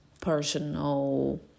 personal